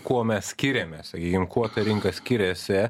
kuo mes skiriamės sakykim kuo ta rinka skiriasi